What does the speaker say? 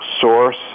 source